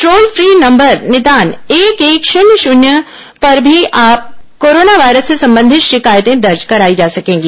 toll free number निदान एक एक शून्य शून्य पर भी अब कोरोना वायरस से संबंधित शिकायतें दर्ज कराई जा सकेंगी